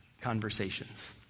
conversations